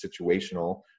situational